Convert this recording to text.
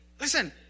Listen